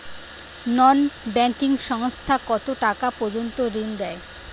নন banking সংস্থা কতটাকা পর্যন্ত ঋণ দেয়?